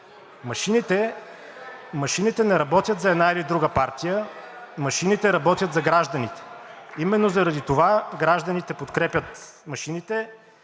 Машините не работят за една или друга партия. Машините работят за гражданите. Именно заради това гражданите подкрепят машините